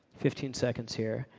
fifteen seconds here,